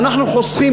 ואנחנו חוסכים,